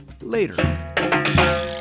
later